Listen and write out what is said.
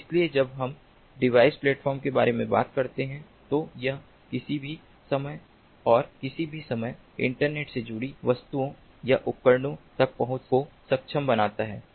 इसलिए जब हम डिवाइस प्लेटफ़ॉर्म के बारे में बात करते हैं तो यह किसी भी समय और किसी भी समय इंटरनेट से जुड़ी वस्तुओं या उपकरणों तक पहुंच को सक्षम बनाता है